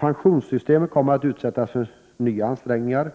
Pensionssystemet kommer att utsättas för nya ansträngningar.